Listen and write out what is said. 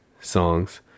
songs